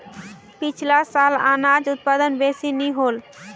पिछला साल अनाज उत्पादन बेसि नी होल